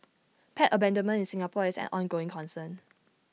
pet abandonment in Singapore is an ongoing concern